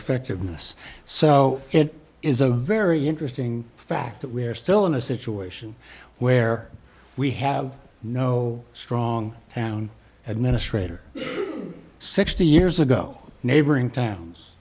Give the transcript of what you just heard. effectiveness so it is a very interesting fact that we are still in a situation where we have no strong town administrator sixty years ago neighboring towns